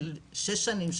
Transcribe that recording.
של שש שנים,